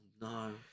No